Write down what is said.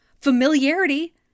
familiarity